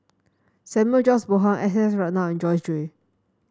Samuel George Bonham S S Ratnam Joyce Jue